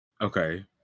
Okay